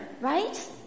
right